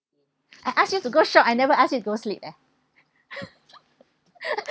I ask you to go shop I never ask you to go sleep leh